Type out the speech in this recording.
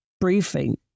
briefing